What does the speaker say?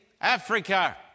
Africa